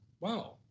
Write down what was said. Wow